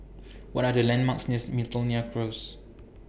What Are The landmarks nears Miltonia Close